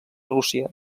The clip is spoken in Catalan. rússia